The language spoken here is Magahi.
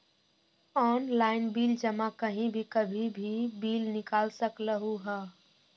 ऑनलाइन बिल जमा कहीं भी कभी भी बिल निकाल सकलहु ह?